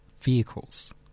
vehicles